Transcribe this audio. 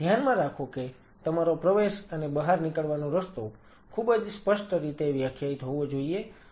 ધ્યાનમાં રાખો કે તમારો પ્રવેશ અને બહાર નીકળવાનો રસ્તો ખૂબ જ સ્પષ્ટ રીતે વ્યાખ્યાયિત હોવો જોઈએ